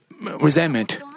resentment